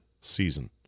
season